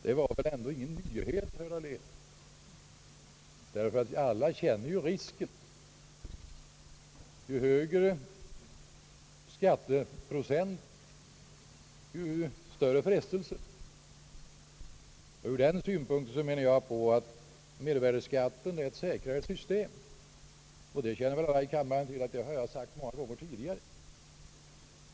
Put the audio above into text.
Det var väl ändå inte någon nyhet, herr Dahlén, ty alla känner ju risken: ju högre skatteprocent, ju större frestelser. Ur denna synwinkel anser jag att mervärdeskatten är ett säkrare system, vilket jag, som alla väl känner till, har sagt många gånger tidigare.